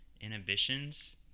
inhibitions